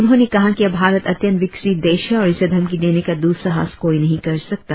उन्होंने कहा कि अब भारत अत्यंत विकसित देश है और इसे धमकी देने का दुस्साहस कोई नही कर सकता